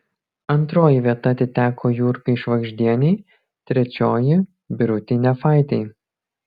antroji vieta atiteko jurgai švagždienei trečioji birutei nefaitei